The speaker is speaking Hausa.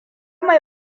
mai